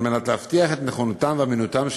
כדי להבטיח את נכונותם ואמינותם.